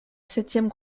septième